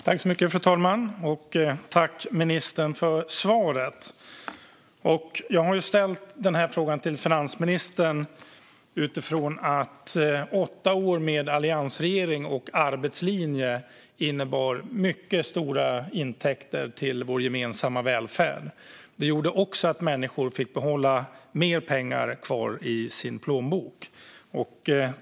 Fru talman! Tack, ministern, för svaret! Jag har ställt den här interpellationen till finansministern utifrån att åtta år med alliansregering och arbetslinje innebar mycket stora intäkter till vår gemensamma välfärd. Det gjorde också att människor fick mer pengar kvar i sin plånbok.